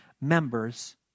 members